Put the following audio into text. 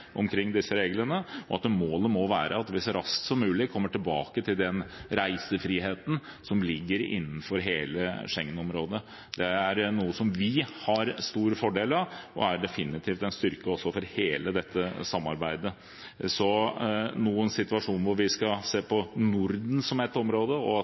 vi så raskt som mulig kommer tilbake til den reisefriheten som ligger innenfor hele Schengen-området. Det er noe som vi har stor fordel av, og det er definitivt også en styrke for hele dette samarbeidet. Så en situasjon hvor vi skal se på Norden som ett område, og